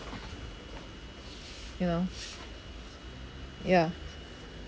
you know ya